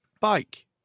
bike